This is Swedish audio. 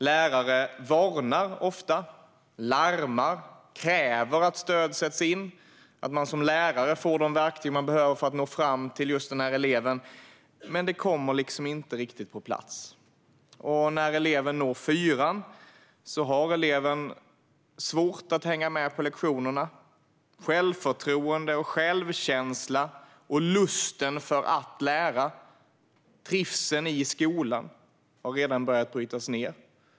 Lärare varnar ofta, larmar och kräver att stöd sätts in och att man som lärare får de verktyg man behöver för att nå fram till just den här eleven, men det kommer liksom inte riktigt på plats. När eleven når fyran blir det svårt att hänga med på lektionerna. Självförtroendet, självkänslan, lusten att lära och trivseln i skolan har redan börjat brytas ned.